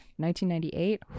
1998